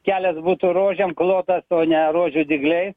kelias būtų rožėm klotas o ne rožių dygliais